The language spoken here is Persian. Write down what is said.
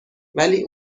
ولی